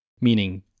meaning